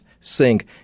sink